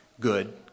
good